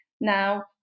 now